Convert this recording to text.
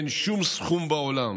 אין שום סכום בעולם